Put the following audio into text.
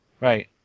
Right